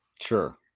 Sure